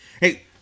Hey